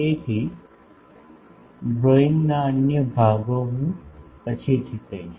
તેથી ડ્રોઇંગના અન્ય ભાગો હું પછીથી કહીશ